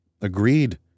Agreed